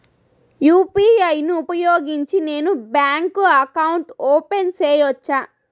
UPI ను ఉపయోగించి నేను బ్యాంకు అకౌంట్ ఓపెన్ సేయొచ్చా?